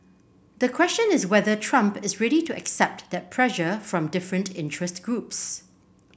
the question is whether Trump is ready to accept that pressure from different interest groups